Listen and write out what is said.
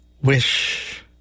Wish